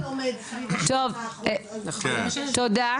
תודה.